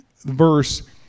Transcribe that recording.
verse